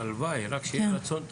הלוואי, רק שיהיה רצון טוב.